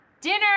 Dinner